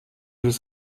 des